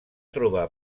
trobar